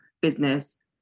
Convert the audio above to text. business